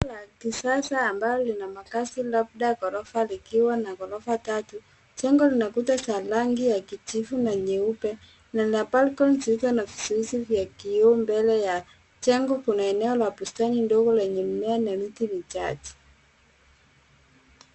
Jengo la kisasa ambalo lina makazi labda ghorofa likiwa na ghorofa tatu. Jengo lina kuta za rangi ya kijivu na nyeupe. Lina balcony zilizo na vizuizi vya kioo. Mbele ya jengo kuna eneo la bustani ndogo lenye mimea na miti michache.